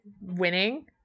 winning